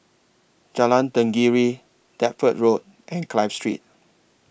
Jalan Tenggiri Deptford Road and Clive Street